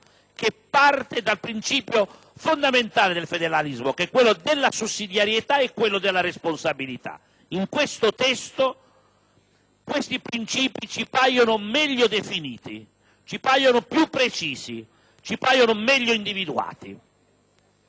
che parte dai principi fondamentali del federalismo, quali quelli della sussidiarietà e della responsabilità. In questo testo tali principi ci paiono meglio definiti, più precisi e meglio individuati.